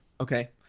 Okay